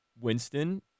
Winston